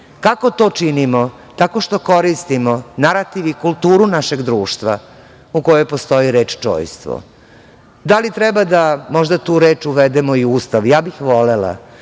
Kako to činimo? Tako što koristimo narativ i kulturu našeg društva u kojem postoji reč čojstvo. Da li treba da možda tu reč uvedemo i u Ustav? Ja bih volela,